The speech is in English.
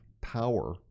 power